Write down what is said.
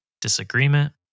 disagreement